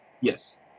Yes